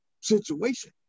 situation